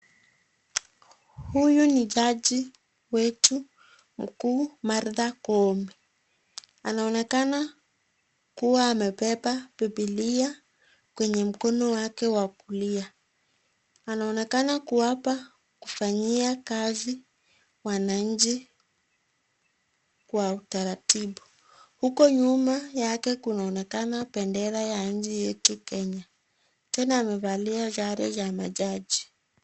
Huyu ni jaji wetu mkuu Martha Koome anaonekana kuwa amebeba bibilia kwenye mkono wake wa kulia, Anaonekana kuwapa kufanyia kazi wanainchi kwa utaratibu huko nyuma yake kunaonekana bendera ya nchi yetu kenya pia amevalia sare za majaji.